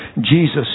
Jesus